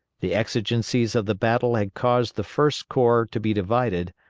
the exigencies of the battle had caused the first corps to be divided,